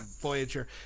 Voyager